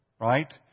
right